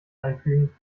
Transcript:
einfügen